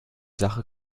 sache